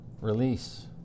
release